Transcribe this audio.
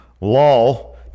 Lol